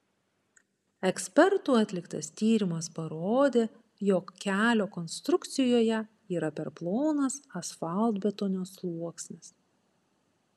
ekspertų atliktas tyrimas parodė jog kelio konstrukcijoje yra per plonas asfaltbetonio sluoksnis